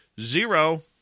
Zero